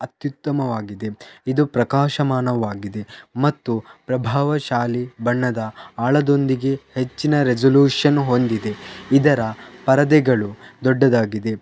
ಅತ್ಯುತ್ತಮವಾಗಿದೆ ಇದು ಪ್ರಕಾಶಮಾನವಾಗಿದೆ ಮತ್ತು ಪ್ರಭಾವಶಾಲಿ ಬಣ್ಣದ ಆಳದೊಂದಿಗೆ ಹೆಚ್ಚಿನ ರೆಸಲ್ಯೂಷನ್ ಹೊಂದಿದೆ ಇದರ ಪರದೆಗಳು ದೊಡ್ಡದಾಗಿದೆ